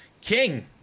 King